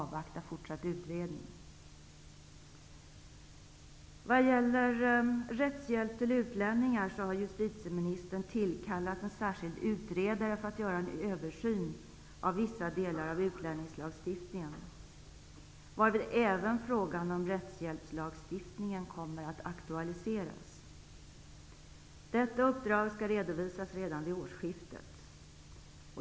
Vad beträffar rättshjälp till utlänningar har justitieministern tillkallat en särskild utredare för att göra en översyn av vissa delar av utlänningslagstiftningen, varvid även frågan om rättshjälpslagstiftningen kommer att aktualiseras. Detta uppdrag skall redovisas redan vid årsskiftet.